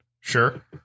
Sure